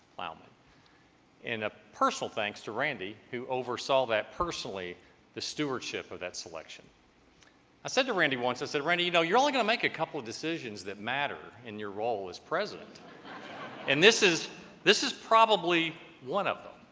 bauman in a personal thanks to randy who oversaw that personally the stewardship of that selection i said to randy once i said randy you know you're only going to make a couple of decisions that matter in your role as president and this is this is probably one of them